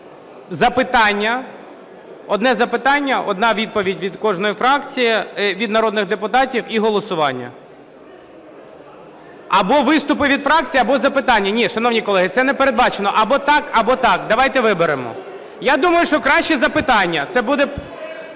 запитання. Одне запитання – одна відповідь від кожної фракції, від народних депутатів, і голосування. (Шум у залі) Або виступи від фракцій, або запитання. Ні, шановні колеги, це не передбачено. Або так, або так – давайте виберемо. Я думаю, що краще запитання, це буде…